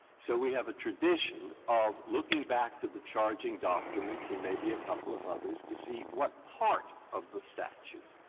so we have a tradition of looking back to the charging documents and maybe a couple of others to see what part of the statute.